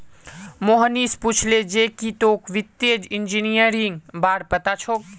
मोहनीश पूछले जे की तोक वित्तीय इंजीनियरिंगेर बार पता छोक